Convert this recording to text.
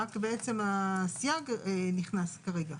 רק בעצם הסייג נכנס כרגע.